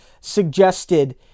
suggested